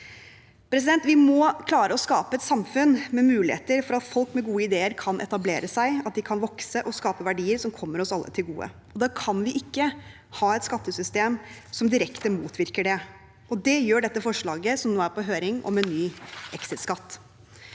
i morgen. Vi må klare å skape et samfunn med muligheter for at folk med gode ideer kan etablere seg, vokse og skape verdier som kommer oss alle til gode. Da kan vi ikke ha et skattesystem som direkte motvirker det, og det gjør dette forslaget om en ny exit-skatt,